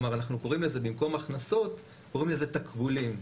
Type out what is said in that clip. במקום הכנסות אנחנו קוראים לזה תקבולים,